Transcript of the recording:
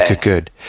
good